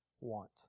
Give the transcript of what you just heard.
want